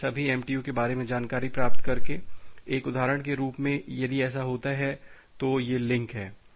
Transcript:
पथ के सभी एमटीयू के बारे में जानकारी प्राप्त करके एक उदाहरण के रूप में यदि ऐसा होता है तो ये लिंक हैं